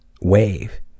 Wave